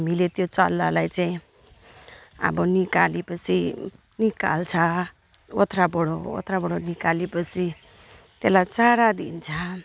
हामीले त्यो चल्लालाई चाहिँ अब निकालेपछि निकाल्छ ओथराबाट ओथराबाट निकालेपछि त्यसलाई चारा दिन्छ